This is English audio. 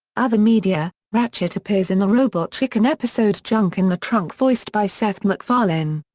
other media ratchet appears in the robot chicken episode junk in the trunk voiced by seth macfarlane.